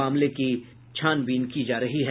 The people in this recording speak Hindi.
मामले की छानबीन की जा रही है